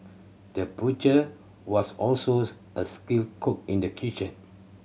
the butcher was also a skilled cook in the kitchen